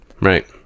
Right